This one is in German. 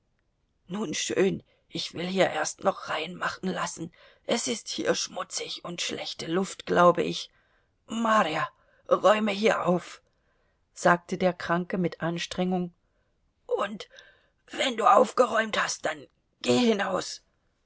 nun schön und ich will hier erst noch rein machen lassen es ist hier schmutzig und schlechte luft glaube ich marja räume hier auf sagte der kranke mit anstrengung und wenn du aufgeräumt hast dann geh hinaus